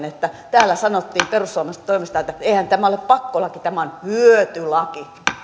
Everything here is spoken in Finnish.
että täällä sanottiin perussuomalaisten toimesta että eihän tämä ole pakkolaki tämä on hyötylaki